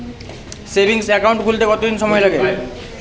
Savings account খুলতে কতদিন সময় লাগে?